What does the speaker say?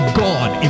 gone